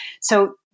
So-